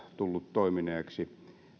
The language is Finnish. toimineeksi